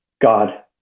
God